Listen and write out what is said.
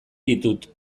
ditut